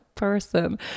person